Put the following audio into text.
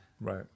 Right